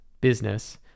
business